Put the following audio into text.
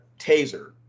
taser